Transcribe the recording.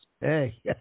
Hey